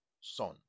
son